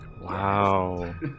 Wow